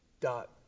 dot